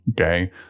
okay